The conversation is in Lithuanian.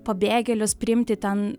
pabėgėlius priimti ten